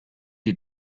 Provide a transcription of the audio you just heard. die